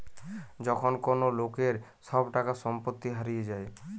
যখন কোন লোকের সব টাকা সম্পত্তি হারিয়ে যায়